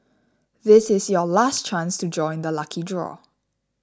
this is your last chance to join the lucky draw